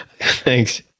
Thanks